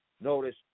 notice